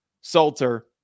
Salter